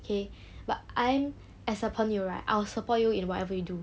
okay but I as a 朋友 right I will support you in whatever you do